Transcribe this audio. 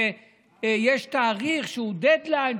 כשיש תאריך שהוא דדליין,